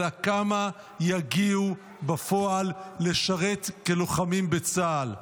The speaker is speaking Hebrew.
אלא כמה יגיעו בפועל לשרת כלוחמים בצה"ל.